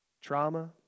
Trauma